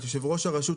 את יו"ר הרשות,